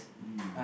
mm